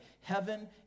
Heaven